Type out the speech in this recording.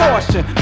Caution